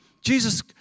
Jesus